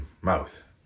mouth